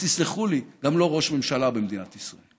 ותסלחו לי, גם לא ראש ממשלה במדינת ישראל.